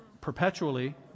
perpetually